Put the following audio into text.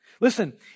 Listen